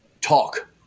talk